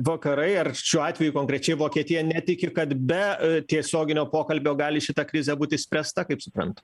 vakarai ar šiuo atveju konkrečiai vokietija netiki kad be tiesioginio pokalbio gali šita krizė būt išspręsta kaip suprantu